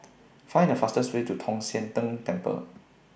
Find The fastest Way to Tong Sian Tng Temple